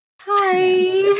Hi